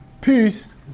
Peace